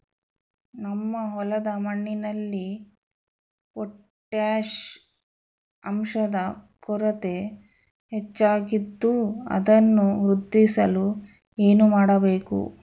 ನಮ್ಮ ಹೊಲದ ಮಣ್ಣಿನಲ್ಲಿ ಪೊಟ್ಯಾಷ್ ಅಂಶದ ಕೊರತೆ ಹೆಚ್ಚಾಗಿದ್ದು ಅದನ್ನು ವೃದ್ಧಿಸಲು ಏನು ಮಾಡಬೇಕು?